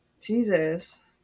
Jesus